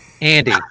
Andy